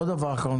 לא דבר אחרון.